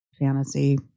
fantasy